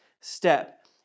step